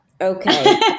Okay